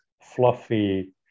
fluffy